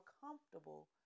comfortable